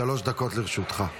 שלוש דקות לרשותך.